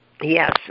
Yes